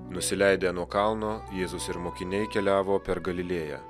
nusileidę nuo kalno jėzus ir mokiniai keliavo per galilėją